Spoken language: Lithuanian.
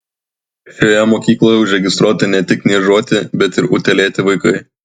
šioje mokykloje užregistruoti ne tik niežuoti bet ir utėlėti vaikai